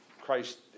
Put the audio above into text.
Christ